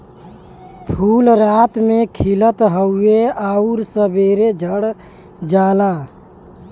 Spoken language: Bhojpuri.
फूल रात में खिलत हउवे आउर सबेरे झड़ जाला